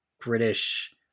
British